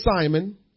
Simon